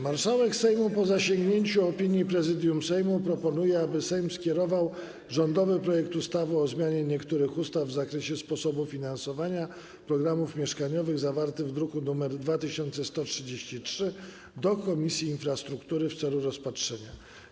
Marszałek Sejmu, po zasięgnięciu opinii Prezydium Sejmu, proponuje, aby Sejm skierował rządowy projekt ustawy o zmianie niektórych ustaw w zakresie sposobu finansowania programów mieszkaniowych, zawarty w druku nr 2133, do Komisji Infrastruktury w celu rozpatrzenia.